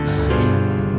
sing